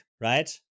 right